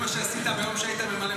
זה מה שעשית ביום שהיית ממלא מקום נשיא?